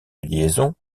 liaison